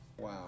Wow